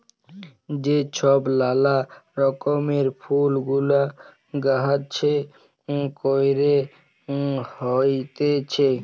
যে ছব লালা রকমের ফুল গুলা গাহাছে ক্যইরে হ্যইতেছে